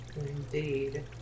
indeed